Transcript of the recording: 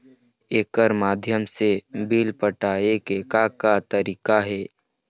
एकर माध्यम से बिल पटाए के का का तरीका हे?